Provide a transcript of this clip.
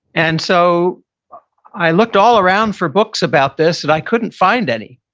and so i looked all around for books about this and i couldn't find any.